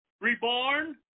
reborn